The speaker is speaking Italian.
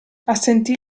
assentì